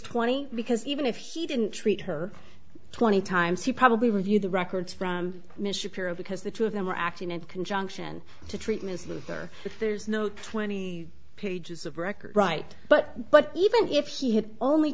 twenty because even if he didn't treat her twenty times he probably reviewed the records from mr period because the two of them were acting in conjunction to treatments there there's no twenty pages of record right but but even if he had only